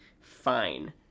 Fine